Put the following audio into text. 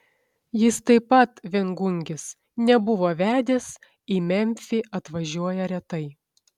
jis taip pat viengungis nebuvo vedęs į memfį atvažiuoja retai